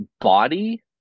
body